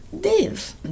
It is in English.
Dave